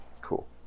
Cool